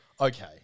Okay